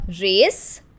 race